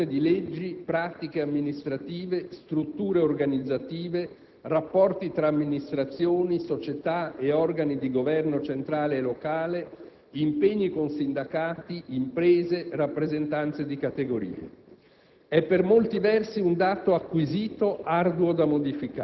Il bilancio pubblico è risultato di una stratificazione di leggi, pratiche amministrative, strutture organizzative, rapporti tra amministrazioni, società e organi di Governo (centrale e locale), impegni con sindacati, imprese, rappresentanze di categorie.